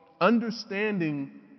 understanding